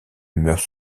meurt